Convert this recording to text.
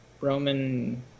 Roman